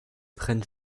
prennent